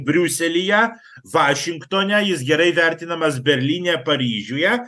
briuselyje vašingtone jis gerai vertinamas berlyne paryžiuje